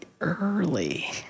early